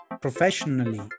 professionally